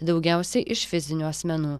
daugiausiai iš fizinių asmenų